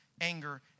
anger